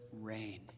rain